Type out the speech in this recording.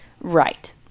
Right